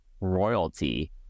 royalty